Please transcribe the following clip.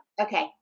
Okay